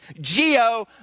geo